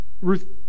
Ruth